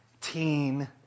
teen